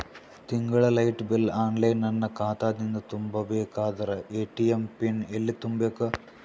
ತಿಂಗಳ light bill online ನನ್ನ ಖಾತಾ ದಿಂದ ತುಂಬಾ ಬೇಕಾದರ ಎ.ಟಿ.ಎಂ ಪಿನ್ ಎಲ್ಲಿ ತುಂಬೇಕ?